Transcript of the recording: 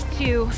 two